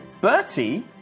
Bertie